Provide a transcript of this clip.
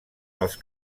dels